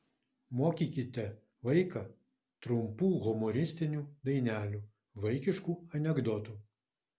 mokykite vaiką trumpų humoristinių dainelių vaikiškų anekdotų